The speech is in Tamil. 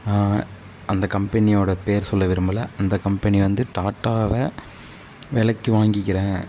அந்த கம்பெனியோட பேர் சொல்ல விரும்பலை அந்த கம்பெனி வந்து டாட்டாவை விலைக்கு வாங்கிக்கிறேன்